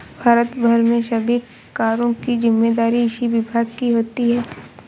भारत भर में सभी करों की जिम्मेदारी इसी विभाग की होती है